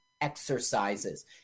exercises